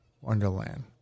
Wonderland